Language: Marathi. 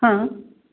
हां